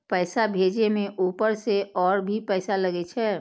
पैसा भेजे में ऊपर से और पैसा भी लगे छै?